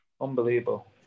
Unbelievable